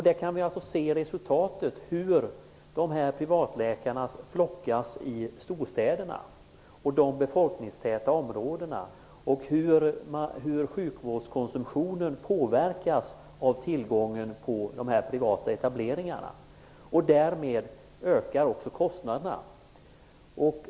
Vi kan nu se resultatet hur privatläkarna flockas i storstäderna och de befolkningstäta områdena och hur sjukvårdskonsumtionen påverkas av tillgången på privata etableringar. Därmed ökar också kostnaderna.